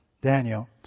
Daniel